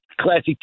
classic